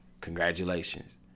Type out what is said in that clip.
congratulations